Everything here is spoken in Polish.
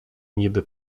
niby